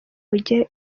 mujye